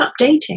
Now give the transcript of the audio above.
updating